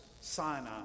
Sinai